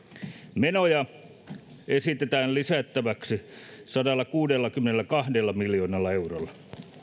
menoja esitetään lisättäväksi sadallakuudellakymmenelläkahdella miljoonalla eurolla